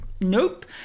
nope